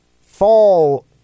Fall